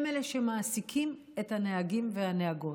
הם שמעסיקים את הנהגים והנהגות,